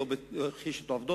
הוא לא הכחיש את העובדות,